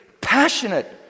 passionate